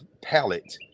palette